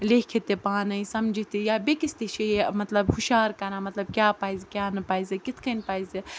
لیکھِتھ تہِ پانَے سَمجہِ تہِ یا بیٚکِس تہِ چھِ یہِ مطلب ہُشار کَران مطلب کیٛاہ پَزِ کیٛاہ نہٕ پَزِ کِتھ کَنۍ پَزِ